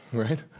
right?